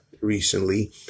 recently